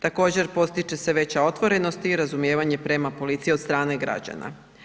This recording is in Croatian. Također postići će se veća otvorenost i razumijevanje prema policiji od strane građana.